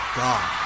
god